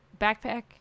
backpack